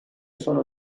sono